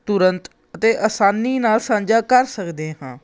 ਤੁਰੰਤ ਅਤੇ ਆਸਾਨੀ ਨਾਲ ਸਾਂਝਾ ਕਰ ਸਕਦੇ ਹਾਂ